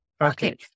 Okay